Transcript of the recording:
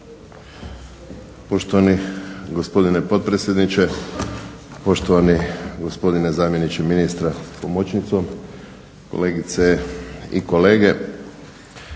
Poštovani gospodine potpredsjedniče, poštovani gospodine zamjeniče ministra s pomoćnicom, kolegice i kolege.